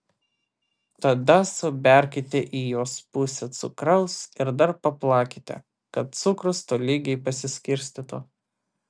tada suberkite į juos pusę cukraus ir dar paplakite kad cukrus tolygiai pasiskirstytų